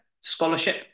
scholarship